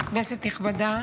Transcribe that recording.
כנסת נכבדה.